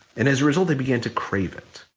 and as a result they began to crave it.